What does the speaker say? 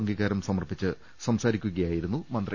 അംഗീകാരം സമർപ്പിച്ച് സംസാരിക്കുകയായിരുന്നു മന്ത്രി